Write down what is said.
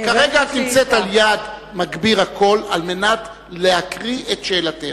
כרגע את נמצאת על-יד מגביר הקול על מנת להקריא את שאלתך.